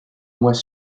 mois